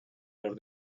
los